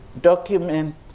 document